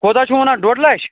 کوتاہ چھُو وَنان ڈۅڈ لَچھ